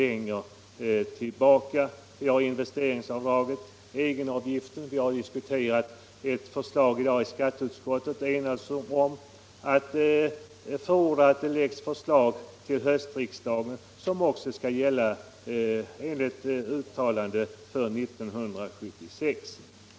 Jag kan nämna investeringsavdraget och egenavgiften. Vi har i dag i skatteutskottet diskuterat ett förslag och enats om att förorda att det läggs förslag till höstriksdagen som också skall gälla — enligt uttalandet — för 1976.